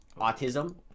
autism